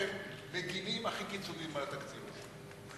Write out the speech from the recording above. זאב מגינים הכי קיצונית על התקציב הזה.